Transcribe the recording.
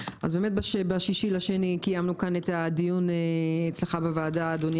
ב-6.2 קיימנו כאן את הדיון אצלך בוועדה אדוני